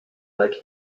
like